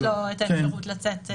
כן יש לו את האפשרות לצאת.